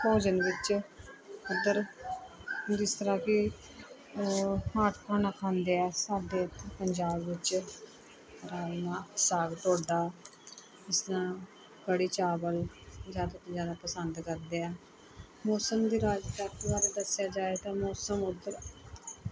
ਭੋਜਨ ਵਿੱਚ ਇੱਧਰ ਜਿਸ ਤਰ੍ਹਾਂ ਕਿ ਹਾੱਟ ਖਾਣਾ ਖਾਂਦੇ ਆ ਸਾਡੇ ਇੱਥੇ ਪੰਜਾਬ ਵਿੱਚ ਰਾਜਮਾਹ ਸਾਗ ਤੁਹਾਡਾ ਜਿਸ ਤਰ੍ਹਾਂ ਕੜੀ ਚਾਵਲ ਜ਼ਿਆਦਾ ਤੋਂ ਜ਼ਿਆਦਾ ਪਸੰਦ ਕਰਦੇ ਆ ਮੌਸਮ ਦੀ ਬਾਰੇ ਦੱਸਿਆ ਜਾਏਗਾ ਤਾਂ ਮੌਸਮ ਉੱਧਰ